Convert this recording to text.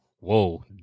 Whoa